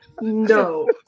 no